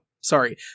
sorry